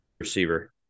Receiver